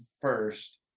first